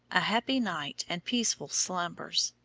a happy night and peaceful slumbers.